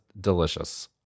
delicious